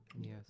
yes